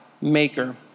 Maker